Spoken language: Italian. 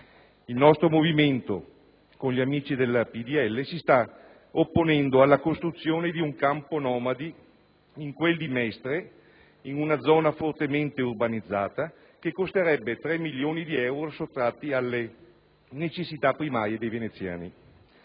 il nostro movimento, con gli amici del Popolo della Libertà, si sta opponendo alla costruzione di un campo nomadi in quel di Mestre, in una zona fortemente urbanizzata, che costerebbe 3 milioni di euro, sottratti alle necessità primarie dei veneziani.